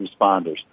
responders